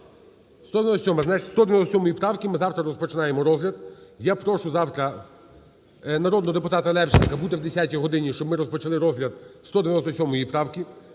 зі 197 правки ми завтра розпочинаємо розгляд. Я прошу завтра народного депутата Левченка бути о 10 годині, щоб ми розпочали розгляд 197 правки.